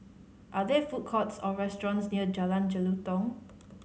are there food courts or restaurants near Jalan Jelutong